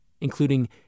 including